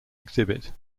exhibit